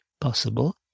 possible